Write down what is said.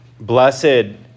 Blessed